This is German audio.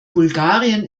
bulgarien